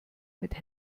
mit